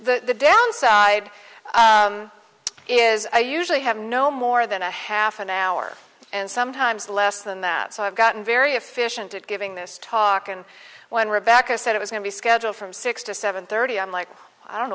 that the downside is i usually have no more than a half an hour and sometimes less than that so i've gotten very efficient at giving this talk and when we're back i said i was going to schedule from six to seven thirty i'm like i don't